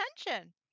attention